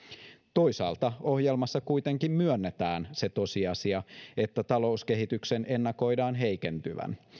toisaalta ohjelmassa kuitenkin myönnetään se tosiasia että talouskehityksen ennakoidaan heikentyvän